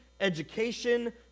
education